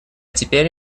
теперь